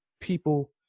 people